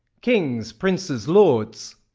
kings, princes, lords!